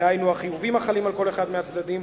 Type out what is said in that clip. דהיינו החיובים החלים על כל אחד מהצדדים,